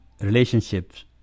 relationships